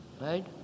Right